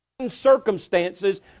circumstances